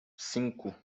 cinco